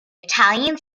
italian